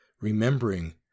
remembering